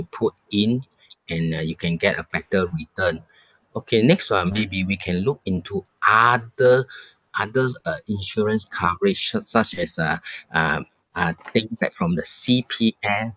put in and uh you can get a better return okay next one maybe we can look into other others uh insurance coverage such as uh um uh think that from the C_P_F